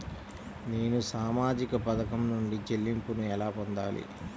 నేను సామాజిక పథకం నుండి చెల్లింపును ఎలా పొందాలి?